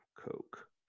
coke